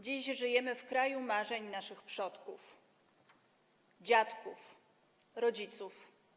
Dziś żyjemy w kraju marzeń naszych przodków, dziadków i rodziców.